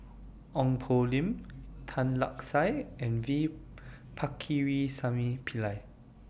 Ong Poh Lim Tan Lark Sye and V Pakirisamy Pillai